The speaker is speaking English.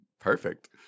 perfect